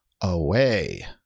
away